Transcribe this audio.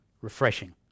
refreshing